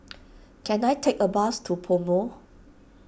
can I take a bus to PoMo